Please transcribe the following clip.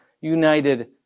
united